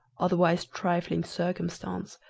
otherwise trifling circumstance,